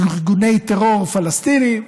בארגוני טרור פלסטיניים,